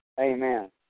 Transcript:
Amen